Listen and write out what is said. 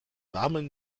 warmen